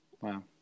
Wow